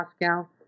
Moscow